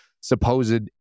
supposed